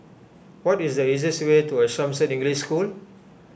what is the easiest way to Assumption English School